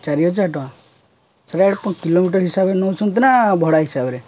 ଚାରି ହଜାର ଟଙ୍କା ସେଟା ପୁଣି କିଲୋମିଟର ହିସାବରେ ନଉଛନ୍ତି ନା ଭଡ଼ା ହିସାବରେ